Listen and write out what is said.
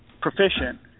proficient